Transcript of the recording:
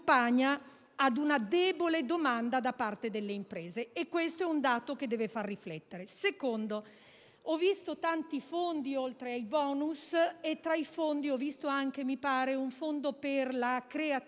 ad una debole domanda da parte delle imprese e questo è un dato che deve far riflettere. In secondo luogo, ho visto tanti fondi oltre ai *bonus*, tra cui mi pare ci sia anche un Fondo per la creatività.